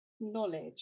knowledge